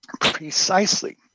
precisely